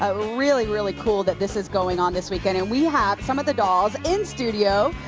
ah really, really cool that this is going on this weekend. and we have some of the dolls in studio.